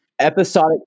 episodic